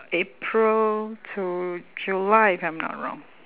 april to july if I'm not wrong